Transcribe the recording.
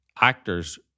actors